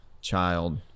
child